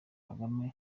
kagame